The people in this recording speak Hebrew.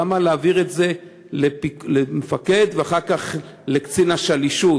למה להעביר את זה למפקד ואחר כך לקצין השלישות,